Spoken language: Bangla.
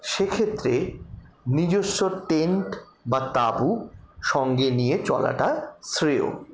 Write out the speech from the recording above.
সেক্ষেত্রে নিজস্ব টেন্ট বা তাঁবু সঙ্গে নিয়ে চলাটা শ্রেয়